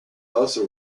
also